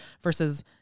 versus